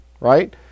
right